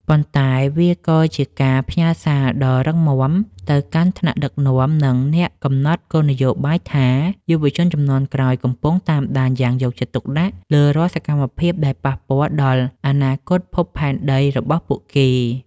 ប៉ុន្តែវាក៏ជាការផ្ញើសារដ៏រឹងមាំទៅកាន់ថ្នាក់ដឹកនាំ និងអ្នកកំណត់គោលនយោបាយថា យុវជនជំនាន់ក្រោយកំពុងតាមដានយ៉ាងយកចិត្តទុកដាក់លើរាល់សកម្មភាពដែលប៉ះពាល់ដល់អនាគតភពផែនដីរបស់ពួកគេ។